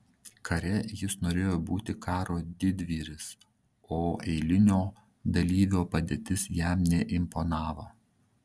kare jis norėjo būti karo didvyris o eilinio dalyvio padėtis jam neimponavo